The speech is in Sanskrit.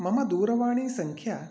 मम दूरवाणीसङ्ख्या